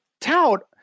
tout